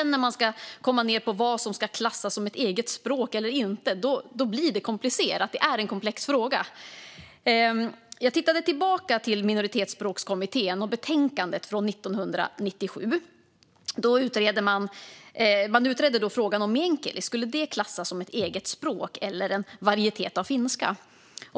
När vi kommer ned på vad som ska klassas som ett eget språk eller inte blir det komplicerat. Det är en komplex fråga. Jag tittade tillbaka på Minoritetsspråkskommitténs betänkande från 1997. Man utredde då om meänkieli skulle klassas som ett eget språk eller som en varietet av finska.